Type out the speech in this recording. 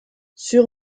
sur